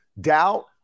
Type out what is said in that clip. doubt